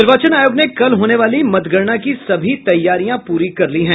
निर्वाचन आयोग ने कल होने वाली मतगणना की सभी तैयारियां पूरी कर ली है